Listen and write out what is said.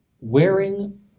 wearing